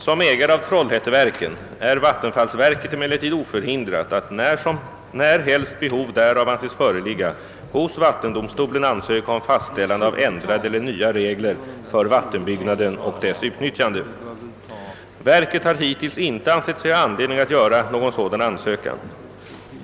Som ägare av Trollhätteverken är vattenfallsverket emellertid oförhindrat att när helst behov därav anses föreligga hos vattendomstolen ansöka om fastställande av ändrade eller nya regler för vattenbyggnaden och dess utnyttjande. Verket har hittills inte ansett sig ha anledning att göra någon sådan ansökan.